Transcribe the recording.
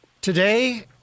Today